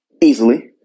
Easily